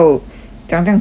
讲这样久 lor